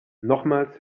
nochmals